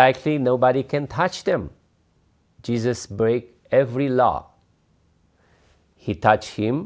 like see nobody can touch them jesus break every law he touched him